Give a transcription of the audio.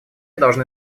должны